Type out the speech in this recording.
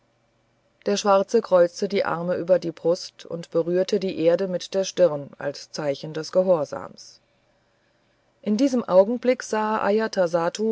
der schwarze kreuzte die arme über die brust und berührte die erde mit der stirn als zeichen des gehorsams in diesem augenblick sah